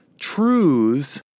truths